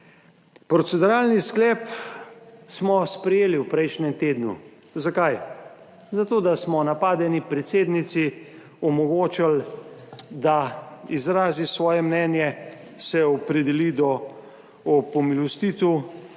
Proceduralni sklep smo sprejeli v prejšnjem tednu. Zakaj? Zato, da smo napadeni predsednici omogočili, da izrazi svoje mnenje, se opredeli do pomilostitev,